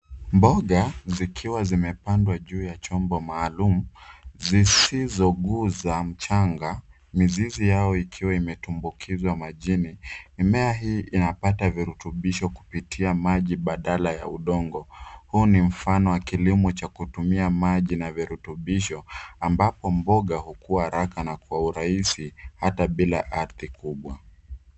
Mboga zikiwa zimepandwa juu ya chombo maalum zizokuza mchanga mizizi yao majani ikiwa imetumbukishwa majani. Mimea hii inapata virutubisho kupitia maji badala ya udongo. huu ni mfano wa kilimo cha kutumia maji na virutubisho ambapo mboga ukuwa haraka na kwa urahizi hata bila aridhi kubwa.